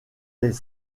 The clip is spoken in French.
les